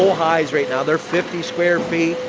hides right now. they're fifty square-feet,